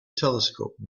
telescope